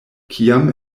kiam